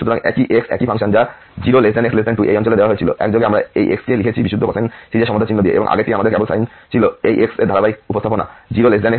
সুতরাং একই x একই ফাংশন যা 0 x 2 এই অঞ্চলে দেওয়া হয়েছিল একযোগে আমরা এই x কে লিখেছি বিশুদ্ধভাবে কোসাইন সিরিজে সমতা চিহ্ন দিয়ে এবং আগেরটি আমাদের কেবল সাইন ছিল এই x এর ধারাবাহিক উপস্থাপনা 0 x 2 অঞ্চলে